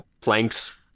planks